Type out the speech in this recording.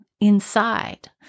inside